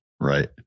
Right